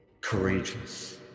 courageous